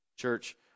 Church